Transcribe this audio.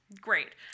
Great